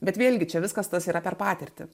bet vėlgi čia viskas tas yra per patirtį